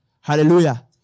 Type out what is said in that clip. Hallelujah